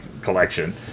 collection